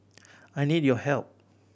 I need your help